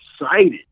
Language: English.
excited